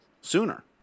sooner